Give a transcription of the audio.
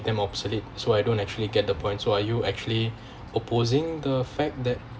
them obsolete so I don't actually get the points so are you actually opposing the fact that